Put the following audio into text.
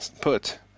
put